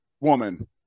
woman